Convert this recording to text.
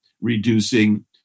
reducing